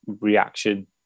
reaction